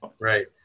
right